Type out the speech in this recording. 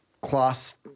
class